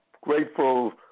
grateful